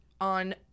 on